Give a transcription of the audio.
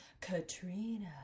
Katrina